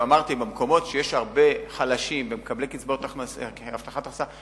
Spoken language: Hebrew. במקומות שיש הרבה חלשים ומקבלי קצבאות הבטחת הכנסה,